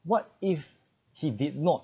what if he did not